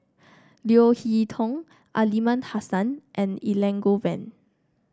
Leo Hee Tong Aliman Hassan and Elangovan